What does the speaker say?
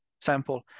sample